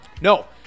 No